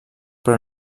però